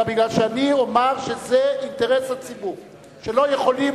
אלא כי אני אומר שזה אינטרס הציבור שלא יכולים